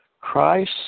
Christ